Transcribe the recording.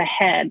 ahead